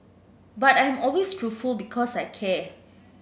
but I am always truthful because I care